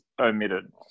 omitted